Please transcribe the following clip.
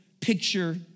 picture